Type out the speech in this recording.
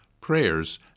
prayers